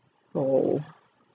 so